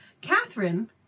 Catherine